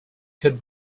could